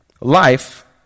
life